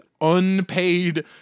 unpaid